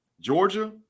Georgia